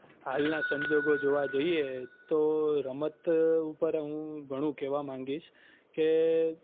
હાલના સંજોગો જોવા જઈએ તો રમત ઉપર હું ઘણું કહેવા માંગીશ કે